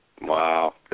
Wow